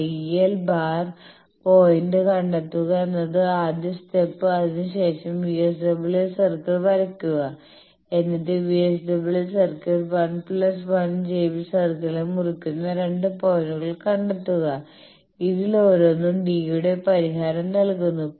YL bar point കണ്ടെത്തുക എന്നതാണ് ആദ്യ സ്റ്റെപ് അതിനുശേഷം VSWR സർക്കിൾ വരയ്ക്കുക എന്നിട്ട് VSWR സർക്കിൾ 1 j B സർക്കിളിനെ മുറിക്കുന്ന 2 പോയിന്റുകൾ കണ്ടെത്തുക ഇതിൽ ഓരോന്നും d യുടെ പരിഹാരം നൽകുന്നു